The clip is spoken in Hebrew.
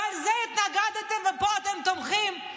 ולזה התנגדתם ופה אתם תומכים.